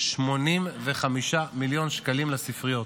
85 מיליון שקלים לספריות,